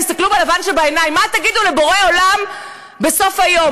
תסתכלו בלבן שבעיניים: מה תגידו לבורא עולם בסוף היום?